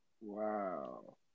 Wow